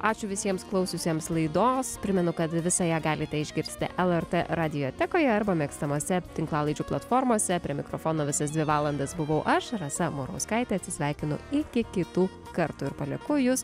ačiū visiems klausiusiems laidos primenu kad visą ją galite išgirsti lrt radiotekoje arba mėgstamose tinklalaidžių platformose prie mikrofono visas dvi valandas buvau aš rasa murauskaitė atsisveikinu iki kitų kartų ir palieku jus